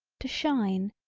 to shine,